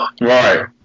Right